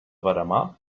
veremar